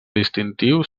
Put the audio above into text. distintiu